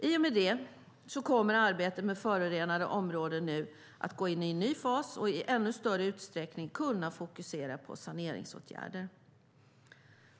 I och med slutförandet av inventeringen kommer arbetet med förorenade områden att gå in i en ny fas och i ännu större utsträckning kunna fokuseras på saneringsåtgärder.